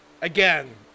again